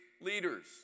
leaders